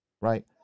right